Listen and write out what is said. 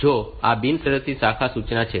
તો આ બિનશરતી શાખા સૂચના છે